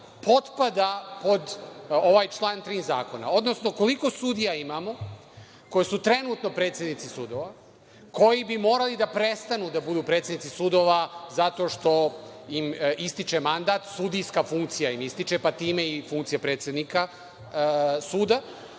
potpada pod ovaj član 3. zakona, odnosno koliko sudija imamo koje su trenutno predsednici sudova koji bi morali da prestanu da budu predsednici sudova zato što im ističe mandat, sudijska funkcija im ističe, pa time i funkcija predsednika suda,